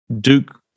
Duke